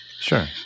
Sure